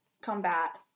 combat